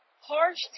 harsh